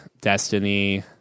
Destiny